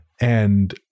And-